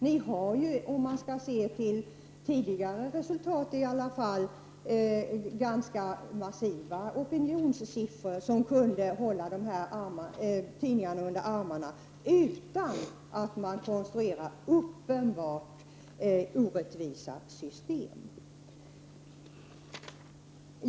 Ni har ju — i alla fall om man skall se till tidigare resultat — ganska massiva opinionssiffror som kunde hålla dessa tidningar under armarna, utan att man behöver konstruera uppenbart orättvisa system.